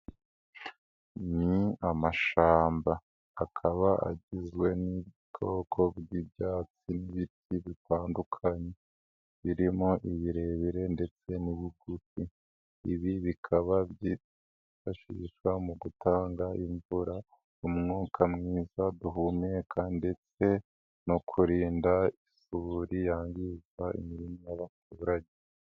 Ni amashamba, akaba igizwe n'ubwoko bw'ibyatsi n'ibiti bitandukanye, birimo ibirebire ndetse n'ibigufi, ibi bikaba byifashishwa mu gutanga imvura, umwuka mwiza duhumeka ndetse no kurinda isuri yangiza imirima y'abaturage.